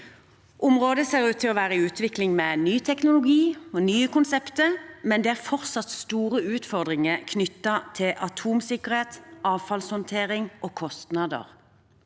Området ser ut til å være i utvikling, med ny teknologi og nye konsepter, men det er fortsatt store utfordringer knyttet til atomsikkerhet, avfallshåndtering og kostnader.